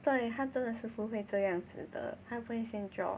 对他真的是不会这样子的他不会先做